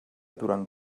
durant